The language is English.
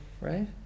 right